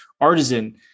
Artisan